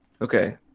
Okay